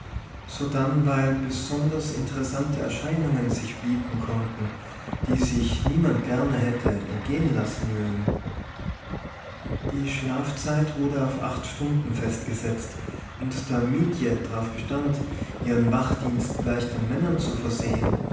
sodann weil besonders interessante erscheinungen sich bieten konnten die sich niemand gerne hätte entgehen lassen mögen die schlafzeit wurde auf stunden festgesetzt und da mietje darauf bestand ihren wachdienst gleich den männern zu versehen